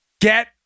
get